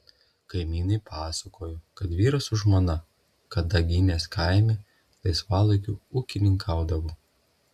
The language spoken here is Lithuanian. kaimynai pasakojo kad vyras su žmona kadaginės kaime laisvalaikiu ūkininkaudavo